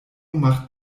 macht